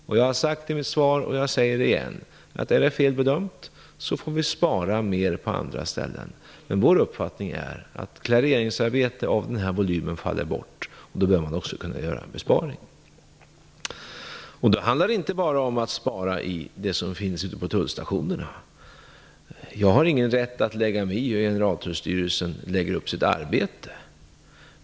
Jag har sagt i mitt svar, och jag säger i det igen, att om det är en felbedömning får vi spara mer på andra ställen. Men vår uppfattning är att klareringsarbete av den här volymen faller bort. Då bör man också kunna göra en besparing. Det handlar då inte bara om att spara ute på tullstationerna. Jag har ingen rätt att lägga mig i hur Generaltullstyrelsen lägger upp sitt arbete.